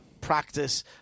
practice